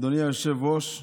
אדוני היושב-ראש,